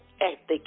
ethic